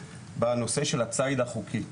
שעוסקת בנושא של הציד החוקי.